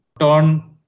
turn